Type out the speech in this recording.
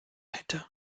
hätte